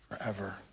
forever